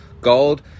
gold